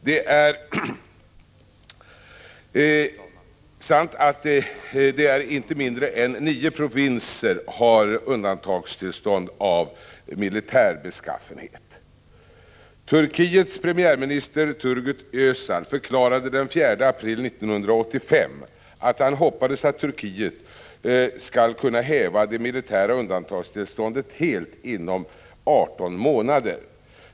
Det är sant att inte mindre än nio provinser har undantagstillstånd av militär beskaffenhet. Turkiets premiärminister Turgut Özal förklarade den 4 april 1985 att han hoppades att Turkiet skall kunna häva det militära undantagstillståndet helt inom 18 månader.